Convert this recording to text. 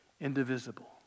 indivisible